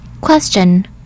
Question